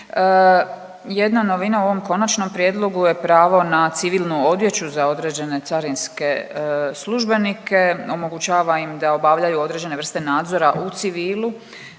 Jedna novina u ovom konačnom prijedlogu je pravo na civilnu odjeću za određene carinske službenike, omogućava im da obavljaju određene vrste nadzora u civilu,